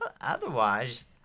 Otherwise